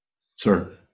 sir